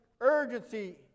urgency